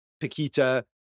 Paquita